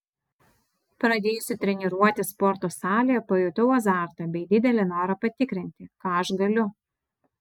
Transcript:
pradėjusi treniruotis sporto salėje pajutau azartą bei didelį norą patikrinti ką aš galiu